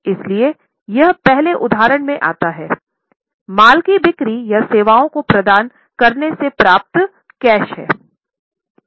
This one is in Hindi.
इसलिएयह पहले उदाहरण में आता हैमाल की बिक्री या सेवाओं को प्रदान करने से प्राप्त कैश है